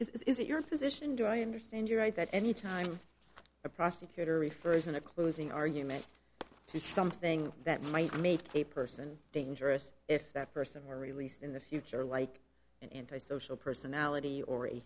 position do i understand you're right that any time a prosecutor refers in a closing argument to something that might make a person dangerous if that person were released in the future like an anti social personality or a